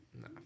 Nah